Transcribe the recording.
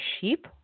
sheep